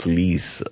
Please